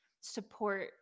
support